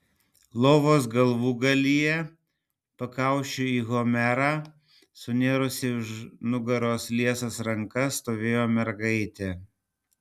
lovos galvūgalyje pakaušiu į homerą sunėrusi už nugaros liesas rankas stovėjo mergaitė